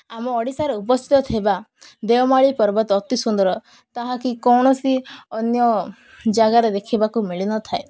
ଆମ ଓଡ଼ିଶାରେ ଉପସ୍ଥିତ ଥିବା ଦେଓମାଳି ପର୍ବତ ଅତି ସୁନ୍ଦର ତାହାକି କୌଣସି ଅନ୍ୟ ଜାଗାରେ ଦେଖିବାକୁ ମିଳିନଥାଏ